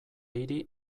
hiri